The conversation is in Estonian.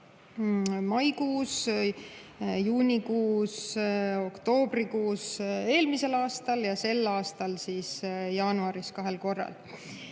maikuus, juunikuus, oktoobrikuus eelmisel aastal ja sel aastal jaanuaris kahel korral.